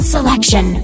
Selection